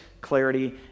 clarity